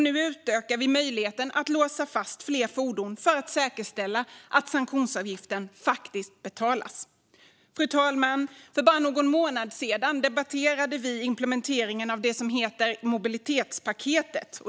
Nu utökar vi möjligheten att låsa fast fler fordon för att säkerställa att sanktionsavgiften faktiskt betalas. Fru talman! För bara någon månad sedan debatterade vi implementeringen av det som heter mobilitetspaketet.